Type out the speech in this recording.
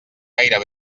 gaire